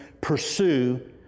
pursue